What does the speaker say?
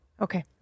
Okay